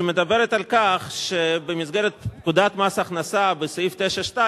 שמדברת על כך שבמסגרת פקודת מס הכנסה בסעיף 9(2)